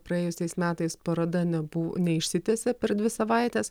praėjusiais metais paroda nebu neišsitęsė per dvi savaites